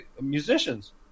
musicians